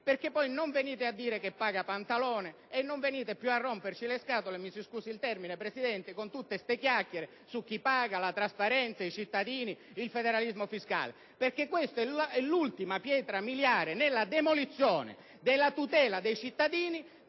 Lega. Non venite poi a dire che paga Pantalone. Non venite più a romperci le scatole - mi scusi il termine, Presidente - con tutte le chiacchiere su chi paga, sulla trasparenza, sui cittadini, sul federalismo fiscale. Questa, infatti, è l'ultima pietra miliare nella demolizione della tutela dei cittadini